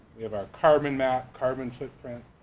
we have our carbon map, carbon footprint